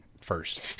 First